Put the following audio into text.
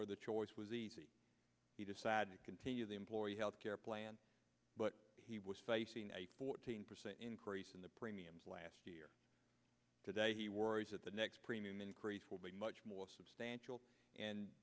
walker the choice was easy he decided to continue the employee health care plan but he was facing a fourteen percent increase in the premiums last year today he worries that the next premium increase will be much more substantial and